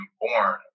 born